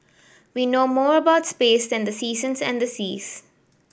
we know more about space than the seasons and the seas